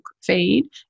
feed